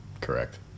Correct